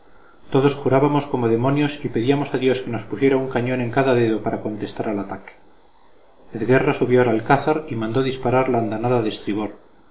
todos jurábamos como demonios y pedíamos a dios que nos pusiera un cañón en cada dedo para contestar al ataque ezguerra subió al alcázar y mandó disparar la andanada de estribor